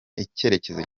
icyerekezo